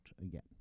again